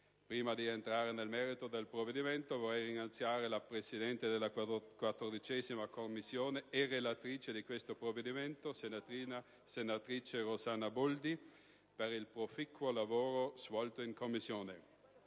Prima di entrare nel merito del provvedimento vorrei ringraziare la presidente della 14a Commissione e relatrice di questo provvedimento, senatrice Rossana Boldi, per il proficuo lavoro svolto in Commissione.